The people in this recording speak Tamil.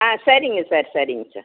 ஆ சரிங்க சார் சரிங்க சார்